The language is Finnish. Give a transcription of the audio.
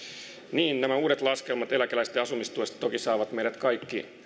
niin nämä uudet laskelmat eläkeläisten asumistuesta toki saavat meidät kaikki